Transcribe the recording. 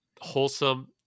Wholesome